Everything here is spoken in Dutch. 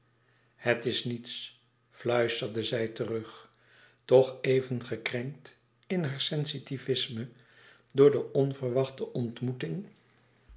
het is niets fluisterde zij terug toch even gekrenkt in haar sensitivisme door de onverwachte ontmoeting